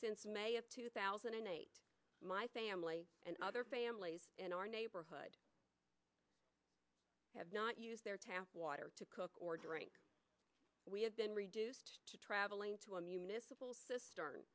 since may of two thousand and eight my family and other families in our neighborhood have not use their tap water to cook or drink we have been reduced to traveling to a municipal cister